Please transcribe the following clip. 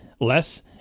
less